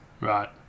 Right